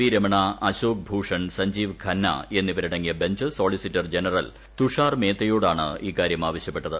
V Ramana Ashok Bhushan Sanjiv Khanna എന്നിവരടങ്ങിയ bench solicitor general Tushar മേത്തയോടാണ് ഇക്കാര്യം ആവശ്യപ്പെട്ടുത്